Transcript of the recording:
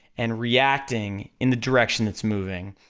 and reacting in the direction it's moving.